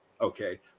okay